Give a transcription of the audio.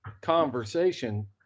conversation